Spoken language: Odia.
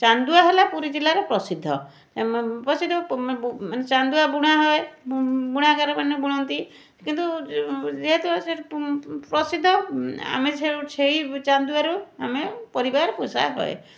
ଚାନ୍ଦୁଆ ହେଲା ପୁରୀ ଜିଲ୍ଲାର ପ୍ରସିଦ୍ଧ ପ୍ରସିଦ୍ଧ ମାନେ ଚାନ୍ଦୁଆ ବୁଣା ହୁଏ ବୁଣାକାରମାନେ ବୁଣନ୍ତି କିନ୍ତୁ ଯେହେତୁ ସେ ପ୍ରସିଦ୍ଧ ଆମେ ସେଇ ଚାନ୍ଦୁଆରୁ ଆମେ ପରିବାର ପୋଷା ହୁଏ